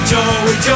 Joey